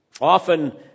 often